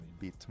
bit